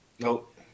Nope